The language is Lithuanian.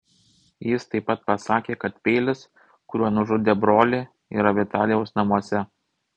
jis taip pat pasakė kad peilis kuriuo nužudė brolį yra vitalijaus namuose